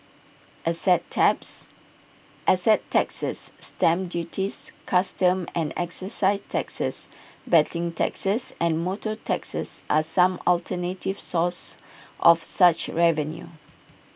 asset taps asset taxes stamp duties customs and exercise taxes betting taxes and motor taxes are some alternative sources of such revenue